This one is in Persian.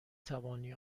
توانی